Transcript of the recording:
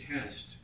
test